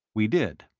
we did.